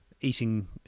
eating